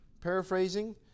Paraphrasing